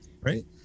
right